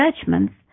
judgments